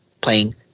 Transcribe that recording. playing